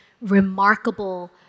remarkable